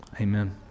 Amen